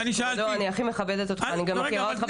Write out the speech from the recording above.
וזהו אני הכי מכבדת אותך ואני גם מכירה אותך